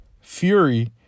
Fury